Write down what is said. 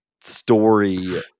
story